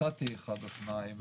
מצאתי אחד או שניים.